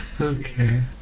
Okay